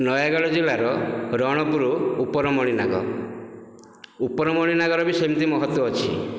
ନୟାଗଡ଼ ଜିଲ୍ଲାର ରଣପୁର ଉପର ମଣିନାଗ ଉପର ମଣିନାଗର ବି ସେମିତି ମହତ୍ତ୍ଵ ଅଛି